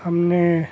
हमने